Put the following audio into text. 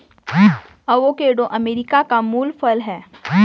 avocado America का मूल फल है